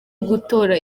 gutora